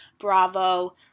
bravo